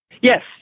yes